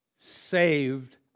saved